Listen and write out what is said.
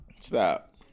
Stop